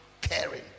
caring